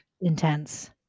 Intense